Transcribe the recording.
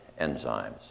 enzymes